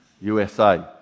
USA